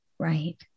Right